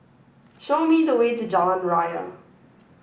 show me the way to Jalan Raya